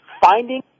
finding